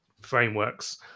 frameworks